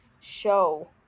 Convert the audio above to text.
show